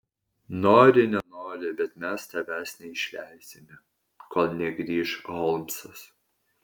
nori nenori bet mes tavęs neišleisime kol negrįš holmsas